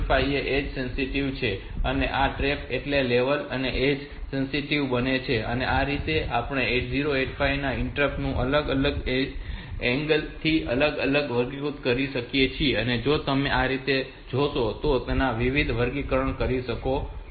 5 edge sensitive છે અને આ TRAP એટલે આ લેવલ અને ઍજ સેન્સિટિવ બંને છે આ રીતે આપણે 8085 ના ઇન્ટરપ્ટ્સ નું અલગ અલગ એંગલ થી અલગ અલગ વર્ગીકરણ કરી શકીએ છીએ અને જો તમે આ રીતે જોશો તો તમે તેના વિવિધ વર્ગીકરણો કરી શકો છો